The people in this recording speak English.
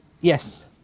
Yes